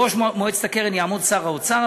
בראש מועצת הקרן יעמוד שר האוצר,